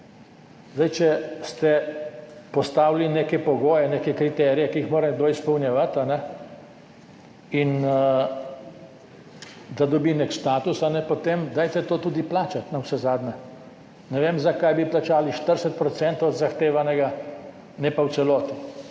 plačo. Če ste postavili neke pogoje, neke kriterije, ki jih mora nekdo izpolnjevati in da dobi nek status, potem dajte to tudi plačati navsezadnje. Ne vem zakaj bi plačali 40 % od zahtevanega, ne pa v celoti.